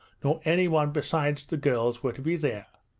nor anyone besides the girls, were to be there.